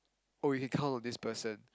oh you can count on this person